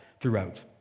throughout